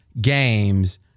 games